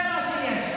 זה מה שיש.